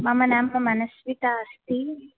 मम नाम मनस्विता अस्ति